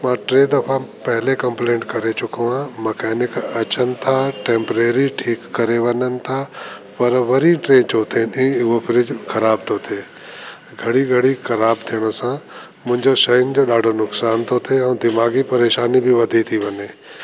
मां टे दफ़ा पहिरियों कंप्लेंट करे चुको आहियां मकेनिक अचनि था टेंप्रेरी ठीकु करे वञनि था पर वरी टे चौथे ॾींहुं उहो फ्रिज ख़राब थो थिए घड़ी घड़ी ख़राब थियण सां मुंहिंजो शयुनि जो ॾाढो नुक़सान थो थिए ऐं दिमाग़ी परेशानी बि वधी थी वञे